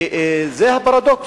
וזה הפרדוקס.